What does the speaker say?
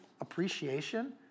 appreciation